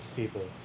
people